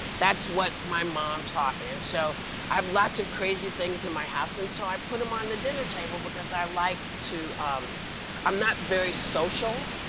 that's what my tom um taught me. and so i have lots of crazy things in my house and so i put them on the dinner table because i like to i'm not very social,